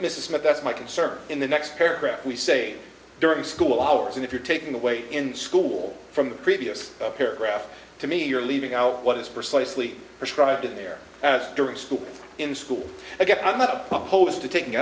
mr smith that's my concern in the next paragraph we say during school hours and if you're taking away in school from the previous paragraph to me you're leaving out what is precisely prescribed in there during school in school i guess i'm not opposed to taking